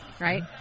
right